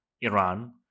Iran